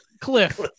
cliff